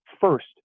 first